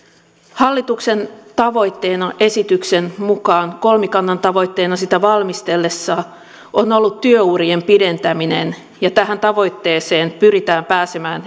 hallituksen tavoitteena esityksen mukaan ja kolmikannan tavoitteena sitä valmistellessaan on ollut työurien pidentäminen tähän tavoitteeseen pyritään pääsemään